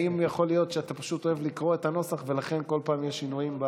האם יכול להיות שאתה פשוט אוהב לקרוא את הנוסח ולכן כל פעם יש שינויים,